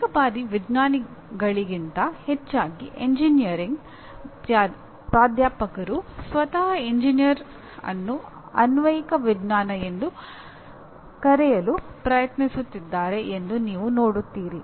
ಅನೇಕ ಬಾರಿ ವಿಜ್ಞಾನಿಗಳಿಗಿಂತ ಹೆಚ್ಚಾಗಿ ಎಂಜಿನಿಯರಿಂಗ್ ಪ್ರಾಧ್ಯಾಪಕರು ಸ್ವತಃ ಎಂಜಿನಿಯರಿಂಗ್ ಅನ್ನು ಅನ್ವಯಿಕ ವಿಜ್ಞಾನ ಎಂದು ಕರೆಯಲು ಪ್ರಯತ್ನಿಸುತ್ತಿದ್ದಾರೆ ಎಂದು ನೀವು ನೋಡುತ್ತೀರಿ